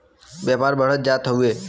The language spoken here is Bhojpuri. व्यापार बढ़ते जात हउवे